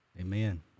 Amen